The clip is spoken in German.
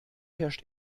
herrscht